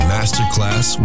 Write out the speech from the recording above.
Masterclass